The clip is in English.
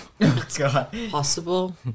possible